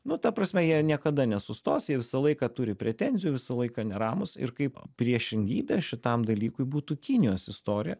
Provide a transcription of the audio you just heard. nu ta prasme jie niekada nesustos jie visą laiką turi pretenzijų visą laiką neramūs ir kaip priešingybė šitam dalykui būtų kinijos istorija